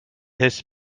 his